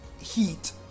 heat